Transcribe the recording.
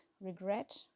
regret